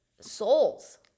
souls